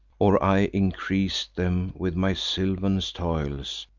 or i increas'd them with my sylvan toils,